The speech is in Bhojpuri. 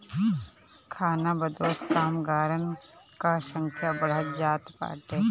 खानाबदोश कामगारन कअ संख्या बढ़त जात बाटे